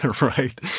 Right